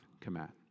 command